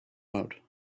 mode